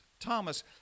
Thomas